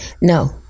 No